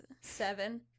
seven